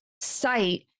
site